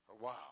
Wow